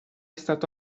stato